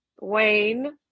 wayne